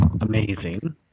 amazing